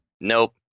Nope